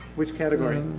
which category?